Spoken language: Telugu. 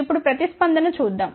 ఇప్పుడు ప్రతిస్పందన చూద్దాం